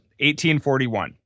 1841